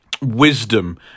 wisdom